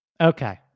okay